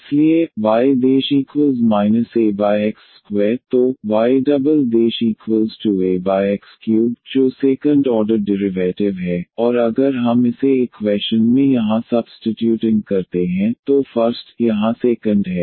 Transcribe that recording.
इसलिए y Ax2 तो y2Ax3 जो सेकंड ऑर्डर डिरिवैटिव है और अगर हम इसे इक्वैशन में यहाँ सबस्टीत्यूटिंग करते हैं तो फर्स्ट यहाँ सेकंड है